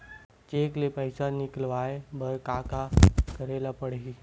Cheque ले पईसा निकलवाय बर का का करे ल पड़हि?